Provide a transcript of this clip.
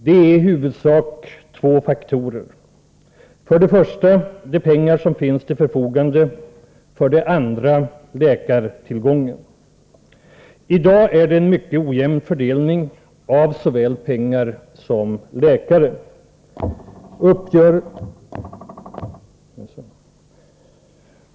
Det är i huvudsak två faktorer: för det första de pengar som finns till förfogande, för det andra läkartillgången. I dag råder en mycket ojämn fördelning av såväl pengar som läkare.